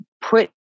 put